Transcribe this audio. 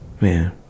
man